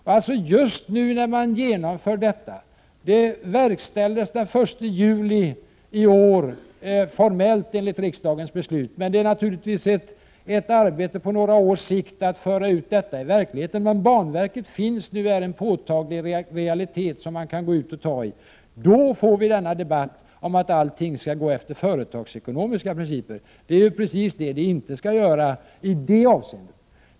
Nu pågår genomförandet av denna organisation, formellt verkställt den 1 juli i år enligt riksdagens beslut. Det är naturligtvis ett arbete på några års sikt att föra ut detta i verkligheten. Men banverket finns nu och är en påtaglig realitet, som man kan gå ut och tai. Just då får vi denna debatt om att allting skall gå efter företagsekonomiska principer. Det är precis så det inte skall vara i det avseendet.